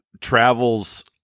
travels